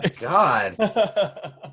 God